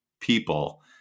people